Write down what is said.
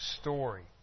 story